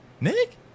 Nick